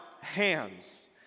hands